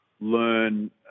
learn